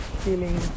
feeling